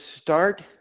start